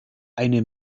eine